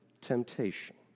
temptation